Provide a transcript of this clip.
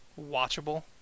watchable